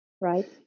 right